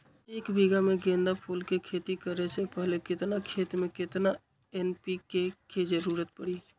एक बीघा में गेंदा फूल के खेती करे से पहले केतना खेत में केतना एन.पी.के के जरूरत परी?